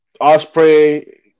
Osprey